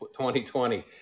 2020